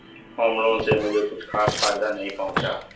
home loan से मुझे कुछ खास फायदा नहीं पहुंचा